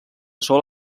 sol